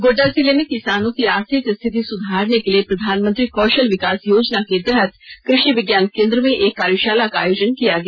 गोड़डा जिले में किसानों की आर्थिक स्थिति सुधारने के लिए प्रधानमंत्री कौशल विकास योजना के तहत कृषि विज्ञान केंद्र में एक कार्यशाला का आयोजन किया गया